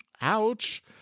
Ouch